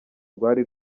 rwari